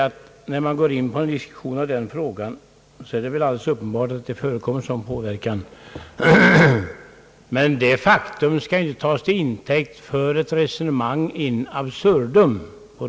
Att sådan påverkan förekommer är uppenbart, men detta faktum skall inte tas till intäkt för ett resonemang in absurdum.